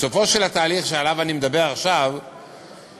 בסופו של התהליך שעליו אני מדבר עכשיו בכיתות